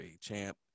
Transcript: champ